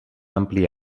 ampli